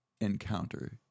encounter